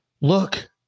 Look